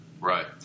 right